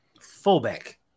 Fullback